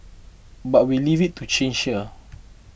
but we leave it to chance here